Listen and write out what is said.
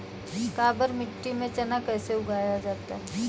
काबर मिट्टी में चना कैसे उगाया जाता है?